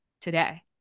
today